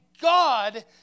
God